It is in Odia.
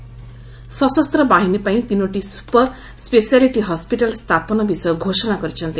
ସଶସ୍ତ ବାହିନୀ ପାଇଁ ତିନୋଟି ସୁପର ସ୍କେଶିଆଲିଟି ହସ୍ପିଟାଲ ସ୍ଥାପନ ବିଷୟ ଘୋଷଣା କରିଛନ୍ତି